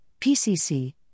PCC